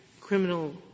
criminal